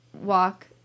walk